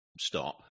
stop